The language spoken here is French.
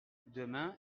demain